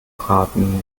braten